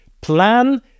plan